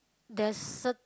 the cer~